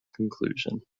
conclusion